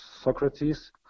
Socrates